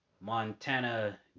montana